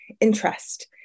interest